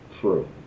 True